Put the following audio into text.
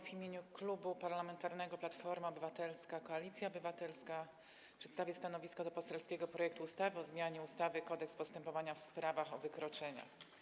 W imieniu Klubu Parlamentarnego Platforma Obywatelska - Koalicja Obywatelska przedstawię stanowisko odnośnie do poselskiego projektu ustawy o zmianie ustawy Kodeks postępowania w sprawach o wykroczenia.